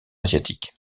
asiatique